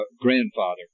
grandfather